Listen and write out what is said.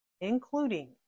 including